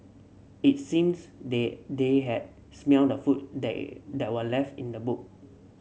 it seemed that they had smelt the food that that were left in the boot